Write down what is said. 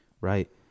Right